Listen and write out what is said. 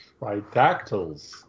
Tridactyls